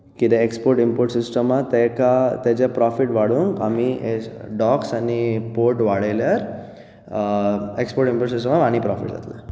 कितें export import system आसा ताका ताचें प्रोफीट वाडोवंक आमी ए डॉक्स आनी पोर्ट वाडयल्यार एक्सपोर्ट इम्पोर्ट सिस्टमाक आनीक प्रोफीट जातलें